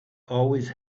always